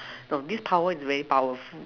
no this power is very power